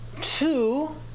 two